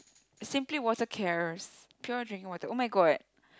simply water cares pure drinking water oh-my-god